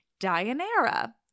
Dianera